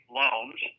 loans